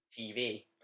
TV